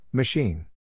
Machine